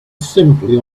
simply